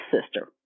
sister